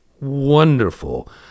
wonderful